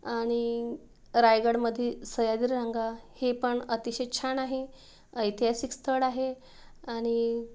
आणि रायगडमध्ये सह्याद्री रांगा हे पण अतिशय छान आहे ऐतिहासिक स्थळ आहे आणि